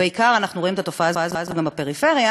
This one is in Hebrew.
ובעיקר אנחנו רואים את התופעה הזאת גם בפריפריה,